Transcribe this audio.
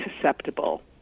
susceptible